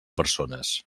persones